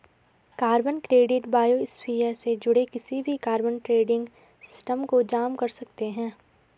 carbon credit biosphere से जुड़े किसी भी कार्बन ट्रेडिंग सिस्टम को जाम कर सकते हैं